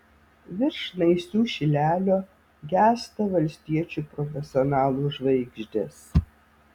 virš naisių šilelio gęsta valstiečių profesionalų žvaigždės